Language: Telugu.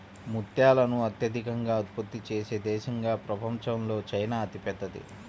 ముత్యాలను అత్యధికంగా ఉత్పత్తి చేసే దేశంగా ప్రపంచంలో చైనా అతిపెద్దది